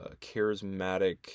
charismatic